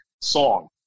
song